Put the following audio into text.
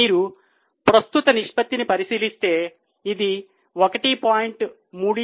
మీరు ప్రస్తుత నిష్పత్తిని పరిశీలిస్తే ఇది 1